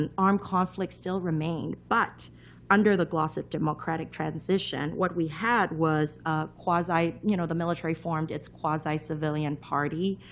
and armed conflict still remained. but under the gloss of democratic transition, what we had was ah you know the military formed its quasi civilian party.